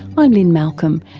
i'm lynne malcolm.